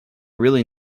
really